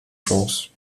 chance